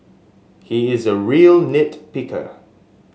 he is a real nit picker